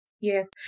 Yes